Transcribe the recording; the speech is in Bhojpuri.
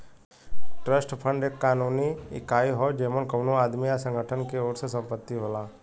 ट्रस्ट फंड एक कानूनी इकाई हौ जेमन कउनो आदमी या संगठन के ओर से संपत्ति होला